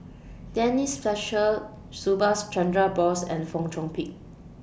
Denise Fletcher Subhas Chandra Bose and Fong Chong Pik